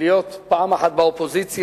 להיות פעם אחת באופוזיציה.